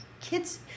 kids